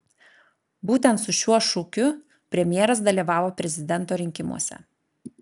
būtent su šiuo šūkiu premjeras dalyvavo prezidento rinkimuose